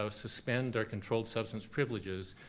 so suspend their controlled substance privileges,